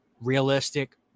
realistic